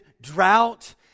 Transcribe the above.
drought